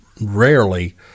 rarely